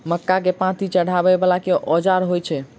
मक्का केँ पांति चढ़ाबा वला केँ औजार होइ छैय?